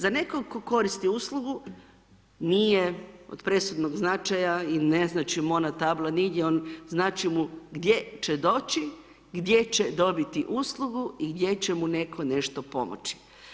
Za nekoga tko koristi uslugu, nije od presudnog značaja i ne znači mu ona tabla nigdje, on, znači mu gdje će doći, gdje će dobiti uslugu i gdje će mu netko nešto pomoći.